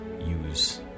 use